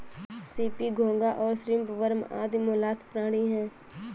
CP, घोंगा और shrimp worm आदि मौलास्क प्राणी हैं